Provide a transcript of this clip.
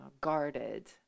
guarded